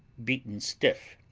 beaten stiff